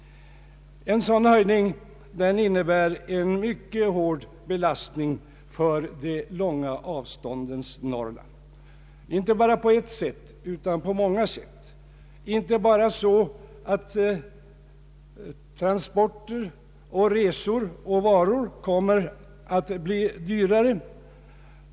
En sådan höjning innebär en mycket hård belastning för de långa avståndens Norrland, inte på ett sätt utan på många sätt. Transporter, resor och varor kommer att bli dyrare.